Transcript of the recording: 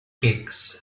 cakes